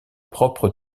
propre